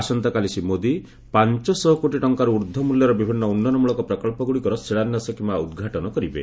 ଆସନ୍ତାକାଲି ଶ୍ରୀ ମୋଦି ପାଞ୍ଚ ଶହ କୋଟି ଟଙ୍କାରୁ ଊର୍ଦ୍ଧ୍ୱ ମ୍ବଲ୍ୟର ବିଭିନ୍ନ ଉନ୍ନୟନମଳକ ପ୍ରକଳ୍ପଗୁଡ଼ିକର ଶିଳାନ୍ୟାସ କିମ୍ବା ଉଦ୍ଘାଟନ କରିବେ